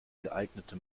geeignete